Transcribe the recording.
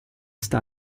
sta